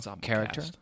character